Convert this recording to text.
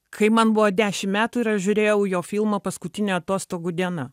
kai man buvo dešim metų ir aš žiūrėjau jo filmą paskutinė atostogų diena